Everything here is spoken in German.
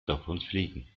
davonfliegen